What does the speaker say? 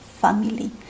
family